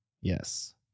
Yes